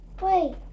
Wait